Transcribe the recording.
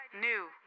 new